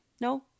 No